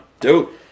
Dope